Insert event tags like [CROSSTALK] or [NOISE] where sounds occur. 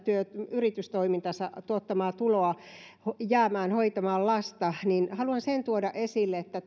yritystoimintansa tuottamaa tuloa hoitamaan lasta haluan sen tuoda esille että [UNINTELLIGIBLE]